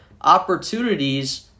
opportunities